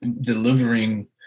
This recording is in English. delivering